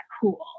cool